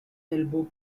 elbow